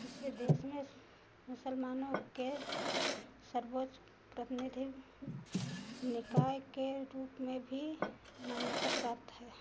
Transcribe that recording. इसे देश में मुसलमानों के सर्वोच्च प्रतिनिधि निकाय के रूप में भी मान्यता प्राप्त है